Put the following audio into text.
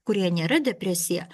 kurie nėra depresija